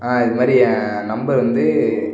இது மாதிரி என் நம்பர் வந்து